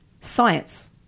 science